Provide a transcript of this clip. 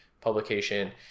publication